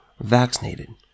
vaccinated